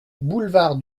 boulevard